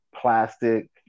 plastic